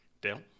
Dale